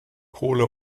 kohle